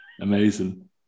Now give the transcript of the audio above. amazing